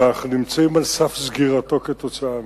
ואנחנו נמצאים על סף סגירתו כתוצאה מזה,